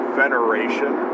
veneration